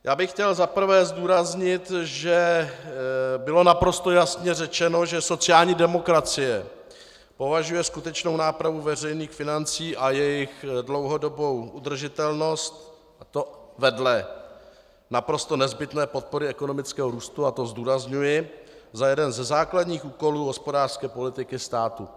Já bych chtěl za prvé zdůraznit, že bylo naprosto jasně řečeno, že sociální demokracie považuje skutečnou nápravu veřejných financí a jejich dlouhodobou udržitelnost vedle naprosto nezbytné podpory ekonomického růstu, a to zdůrazňuji, za jeden ze základních úkolů hospodářské politiky státu.